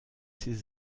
ces